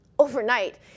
Overnight